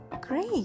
Great